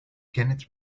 kenneth